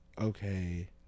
okay